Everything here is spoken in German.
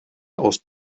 aus